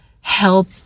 help